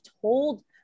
told